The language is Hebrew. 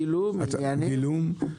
גילום, עניינים.